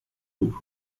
club